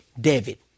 David